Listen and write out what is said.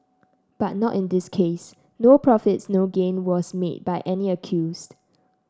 but not in this case no profits no gain was made by any accused